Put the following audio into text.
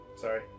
sorry